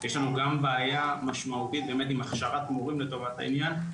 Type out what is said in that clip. יש לנו גם בעיה משמעותית עם הכשרת מורים לטובת העניין.